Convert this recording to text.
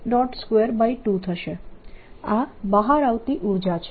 22 થશે આ બહાર આવતી ઉર્જા છે